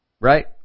Right